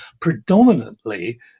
predominantly